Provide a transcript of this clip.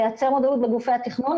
לייצר מודעות בגופי התכנון,